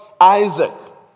Isaac